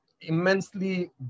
immensely